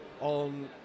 on